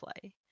play